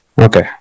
okay